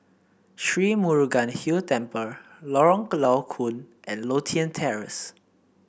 Sri Murugan Hill Temple Lorong Low Koon and Lothian Terrace